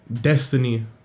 Destiny